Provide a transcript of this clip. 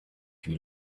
you